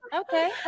Okay